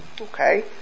okay